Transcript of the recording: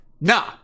nah